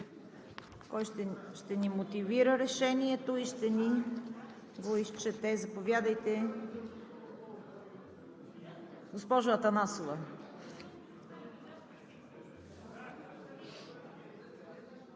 Кой ще мотивира решението и ще ни го изчете? Заповядайте, госпожо Атанасова.